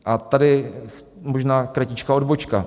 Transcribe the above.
A tady možná kratičká odbočka.